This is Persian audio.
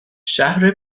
شهر